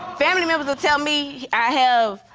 family members are telling me, i have,